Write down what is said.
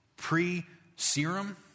pre-serum